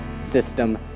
System